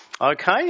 Okay